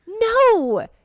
no